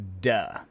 Duh